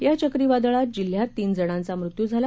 या चक्रीवादळात जिल्ह्यात तीन जणांचा मृत्यू झाला